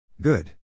Good